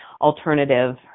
alternative